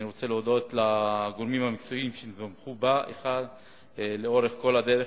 אני רוצה להודות לגורמים המקצועיים שתמכו בה לאורך כל הדרך,